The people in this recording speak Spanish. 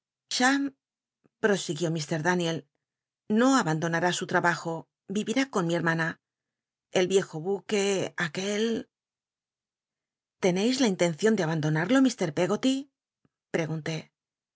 prosiguió mr daniel no abandonad su ltabajo yiyirá con mi hermana el viejo buque aquel l'encis la intencion de abandonarlo mt peggoty